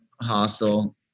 hostel